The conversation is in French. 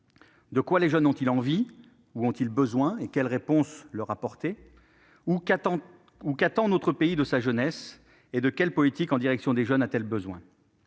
de quoi les jeunes ont-ils envie, ou besoin, et quelles réponses leur apporter ? D'autre part, qu'attend notre pays de sa jeunesse et de quelle politique en direction des jeunes a-t-il besoin ?